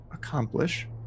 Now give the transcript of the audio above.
accomplish